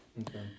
Okay